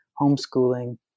homeschooling